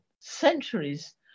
centuries